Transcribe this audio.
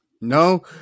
No